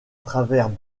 travers